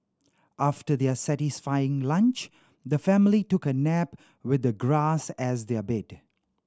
after their satisfying lunch the family took a nap with the grass as their bed